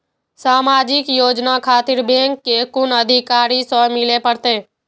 समाजिक योजना खातिर बैंक के कुन अधिकारी स मिले परतें?